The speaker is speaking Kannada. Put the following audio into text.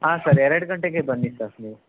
ಹಾಂ ಸರ್ ಎರಡು ಗಂಟೆಗೆ ಬನ್ನಿ ಸರ್ ನೀವು